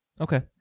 okay